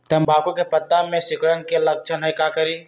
तम्बाकू के पत्ता में सिकुड़न के लक्षण हई का करी?